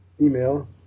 email